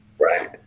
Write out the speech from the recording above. right